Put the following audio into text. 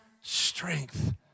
strength